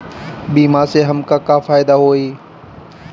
बीमा से हमके का फायदा होई?